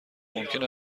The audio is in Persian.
ممکن